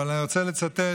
אבל אני רוצה לצטט